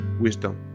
wisdom